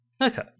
Okay